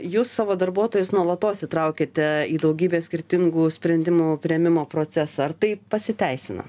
jūs savo darbuotojus nuolatos įtraukite į daugybės skirtingų sprendimų priėmimo procesą ar tai pasiteisina